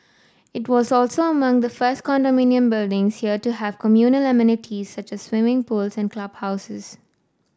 it was also among the first condominium buildings here to have communal amenities such as swimming pools and clubhouses